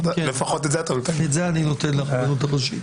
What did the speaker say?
צריך לדקדק בהגדרה של תושב.